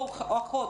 או אחות,